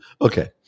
Okay